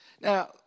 Now